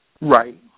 Right